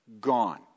gone